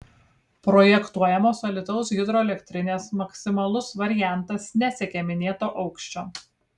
projektuojamos alytaus he maksimalus variantas nesiekia minėto aukščio